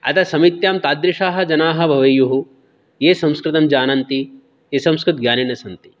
अतः समित्यां तादृशाः जनाः भवेयुः ये संस्कृतञ्जानन्ति ये संस्कृतज्ञानिनः सन्ति